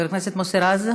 חבר הכנסת מוסי רז,